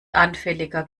anfälliger